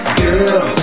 girl